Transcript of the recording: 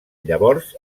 llavors